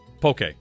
Poke